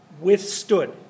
withstood